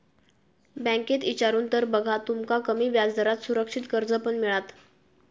बँकेत इचारून तर बघा, तुमका कमी व्याजदरात सुरक्षित कर्ज पण मिळात